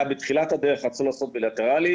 בתחילת הדרך רצו לעשות בילטרלי,